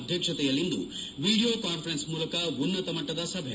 ಅಧ್ಯಕ್ಷತೆಯಲ್ಲಿಂದು video conference ಮೂಲಕ ಉನ್ಸತಮಟ್ಟದ ಸಭೆ